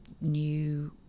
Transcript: new